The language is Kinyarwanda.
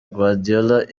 guardiola